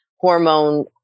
hormone